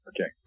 Okay